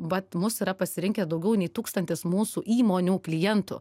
vat mus yra pasirinkę daugiau nei tūkstantis mūsų įmonių klientų